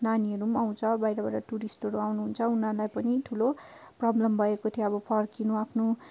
नानीहरू पनि आउँछ बाहिरबाट टुरिस्टहरू आउनुहुन्छ उनीहरूलाई पनि ठुलो प्रब्लम भएको थियो अब फर्किनु आफ्नो